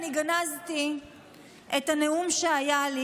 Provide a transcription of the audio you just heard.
גנזתי את הנאום שהיה לי,